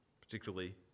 Particularly